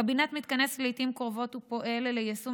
הקבינט מתכנס לעיתים קרובות ופועל ליישום